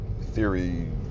theory